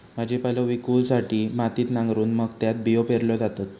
भाजीपालो पिकवूसाठी मातीत नांगरून मग त्यात बियो पेरल्यो जातत